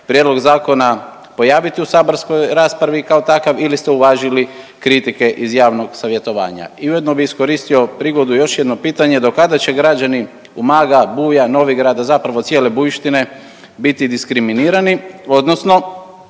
prijedlog zakona pojaviti u saborskoj raspravi kao takav ili ste uvažili kritike iz javnog savjetovanja. I ujedno bih iskoristio prigodu još jedno pitanje do kada će građani Umaga, Buja, Novigrada, zapravo cijele Bujištine biti diskriminirani, odnosno